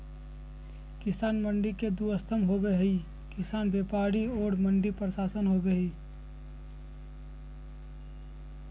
किसान मंडी के दू स्तम्भ होबे हइ किसान व्यापारी और मंडी प्रशासन हइ